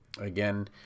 again